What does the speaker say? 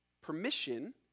permission